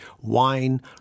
Wine